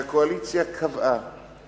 והקואליציה קבעה